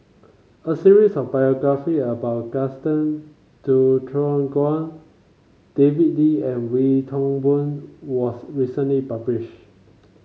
a series of biography about Gaston Dutronquoy David Lee and Wee Toon Boon was recently publish